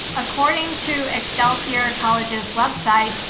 according to excelsior college's website,